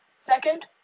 Second